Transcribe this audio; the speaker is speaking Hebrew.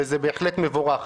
וזה בהחלט מבורך.